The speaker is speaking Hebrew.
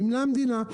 מימנה המדינה.